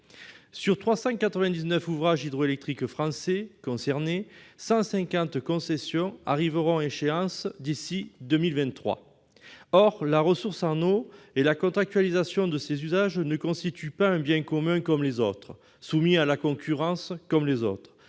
Sur 399 ouvrages hydroélectriques français concernés, 150 verront leur concession arriver à échéance d'ici à 2023. Or la ressource en eau et la contractualisation de ses usages ne constituent pas un bien commun comme les autres, soumis, comme les autres,